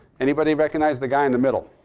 anybody recognize the guy in the middle?